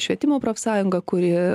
švietimo profsąjunga kuri